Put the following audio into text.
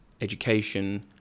education